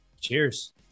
Cheers